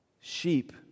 Sheep